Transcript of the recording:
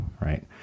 Right